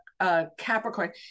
Capricorn